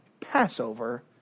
Passover